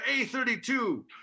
A32